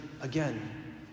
again